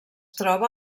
troba